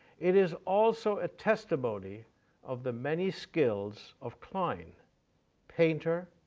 it is also a testimony of the many skills of klein painter,